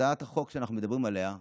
הצעת החוק שאנחנו מדברים עליה,